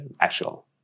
actual